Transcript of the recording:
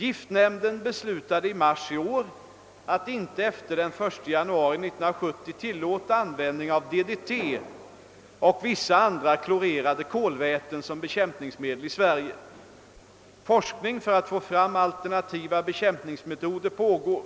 Giftnämnden beslutade i mars i år att inte efter den 1 januari 1970 tillåta användning av DDT och vissa andra klorerade kolväten som bekämpningsmedel i Sverige. Forskning för att få fram alternativa bekämpningsmetoder pågår.